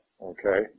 okay